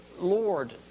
Lord